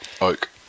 Oak